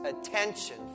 attention